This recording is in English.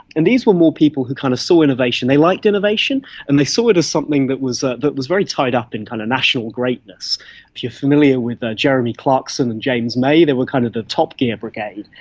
and these were more people who saw kind of so innovation, they liked innovation and they saw it as something that was ah that was very tied up in kind of national greatness. if you're familiar with ah jeremy clarkson and james may, they were kind of the top gear brigade,